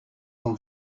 from